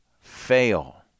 fail